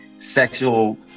sexual